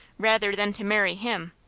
rather than to marry him.